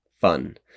fun